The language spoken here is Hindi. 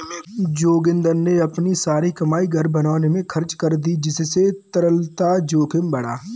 जोगिंदर ने अपनी सारी कमाई घर बनाने में खर्च कर दी जिससे तरलता जोखिम बढ़ा